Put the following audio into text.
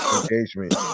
engagement